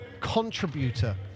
contributor